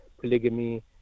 polygamy